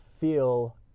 feel